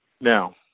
now